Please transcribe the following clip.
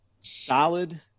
solid